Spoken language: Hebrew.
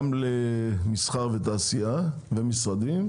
גם למסחר ותעשייה ומשרדים,